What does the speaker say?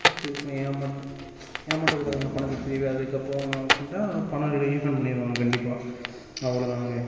பார்த்து இது மா ஏமாற் ஏமாற்றக் கூடாதுங்க பணத்தை திருப்பி அதற்கப்பறம் போட்டா பணம் ரீஃபண்ட் பண்ணிருவாங்க கண்டிப்பாக அவ்வளோ தாங்க